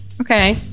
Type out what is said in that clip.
okay